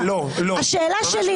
השאלה.